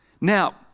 now